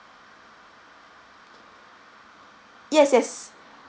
yes yes